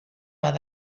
bat